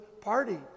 party